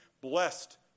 blessed